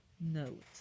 note